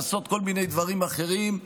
לעשות כל מיני דברים אחרים.